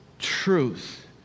Truth